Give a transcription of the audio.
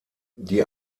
die